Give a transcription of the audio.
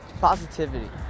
positivity